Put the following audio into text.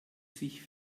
sich